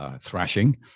thrashing